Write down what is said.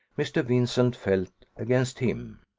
mr. vincent felt against him.